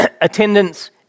attendance